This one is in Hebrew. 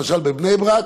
למשל בבני ברק,